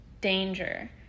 danger